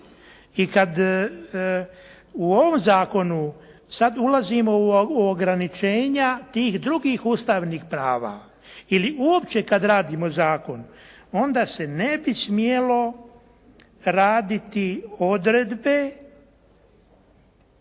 I kada u ovom zakonu sada ulazimo u ograničenja tih drugih ustavnih prava ili uopće kada radimo zakon onda se ne bi smjelo raditi odredbe